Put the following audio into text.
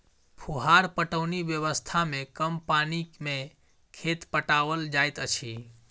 फुहार पटौनी व्यवस्था मे कम पानि मे खेत पटाओल जाइत अछि